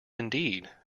indeed